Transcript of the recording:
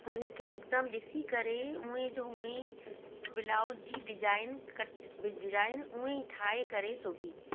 उन खे हिकदमु ॾिसी करे ऊअं जो ऊअं ब्लाउज जी डिजाइन कट डिजाइन ऊअं ई ठाहे करे सिबी